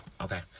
okay